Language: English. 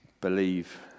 believe